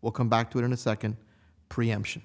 welcome back to in a second preemption